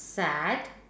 sad